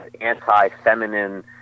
anti-feminine